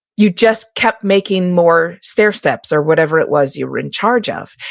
you just kept making more stair steps or whatever it was you were in charge of.